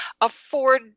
afford